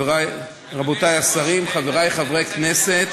רבותי השרים, חברי חברי הכנסת,